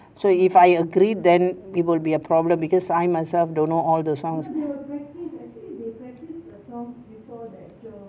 so if I agree then it will be a problem because I myself don't know all the songs